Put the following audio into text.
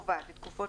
נכון,